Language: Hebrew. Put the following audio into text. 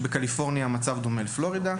בקליפורניה המצב דומה לפלורידה,